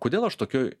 kodėl aš tokioj